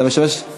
אתה משמש,